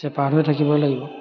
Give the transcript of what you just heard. হৈ থাকিব লাগিব